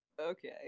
Okay